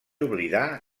oblidar